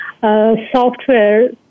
software